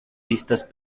vistas